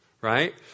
right